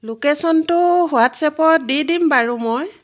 লোকেশ্যনটো হোৱাটচাপত দি দিম বাৰু মই